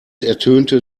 ertönte